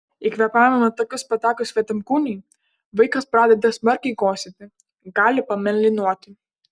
į kvėpavimo takus patekus svetimkūniui vaikas pradeda smarkiai kosėti gali pamėlynuoti